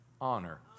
Honor